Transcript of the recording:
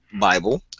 Bible